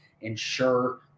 ensure